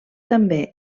també